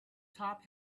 top